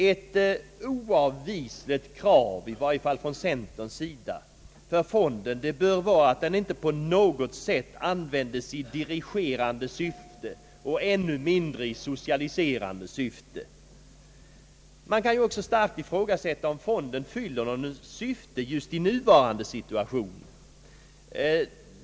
Ett oavvisligt krav, i varje fall från centerns sida, är att fonden inte på något sätt användes i dirigerande och ännu mindre i socialiserande syfte. Man kan också starkt ifrågasätta om fonden fyller något syfte i nuvarande situation.